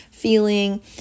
feeling